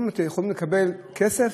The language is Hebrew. יכולים לקבל כסף,